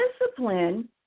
discipline